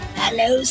hello